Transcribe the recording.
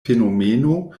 fenomeno